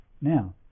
Now